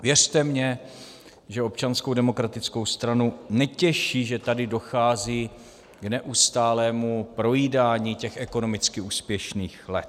Věřte mi, že Občanskou demokratickou stranu netěší, že tady dochází k neustálému projídání těch ekonomicky úspěšných let.